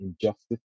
injustice